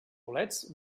bolets